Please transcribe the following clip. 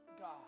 God